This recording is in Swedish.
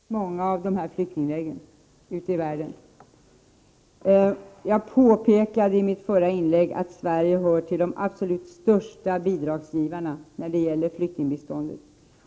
Herr talman! Jag har sett många av dessa flyktingläger ute i världen. Jag påpekade i mitt förra inlägg att Sverige är en av de största bidragsgivarna när det gäller flyktingbiståndet.